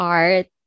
art